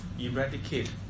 Eradicate